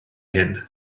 hŷn